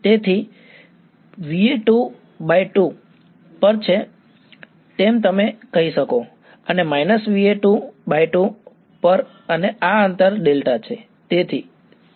તેથી આ V A2 પર છે તેમ તમે કહી શકો અને −VA2 પર અને આ અંતર δ છે